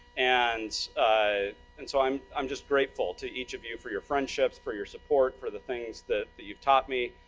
and ah and so, i'm i'm just grateful to each of you for your friendships, for your support, for the things that that you've taught me.